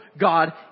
God